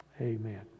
Amen